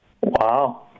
Wow